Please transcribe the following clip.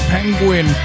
Penguin